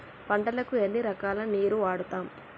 పంటలకు ఎన్ని రకాల నీరు వాడుతం?